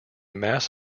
mass